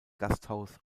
gasthaus